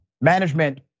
Management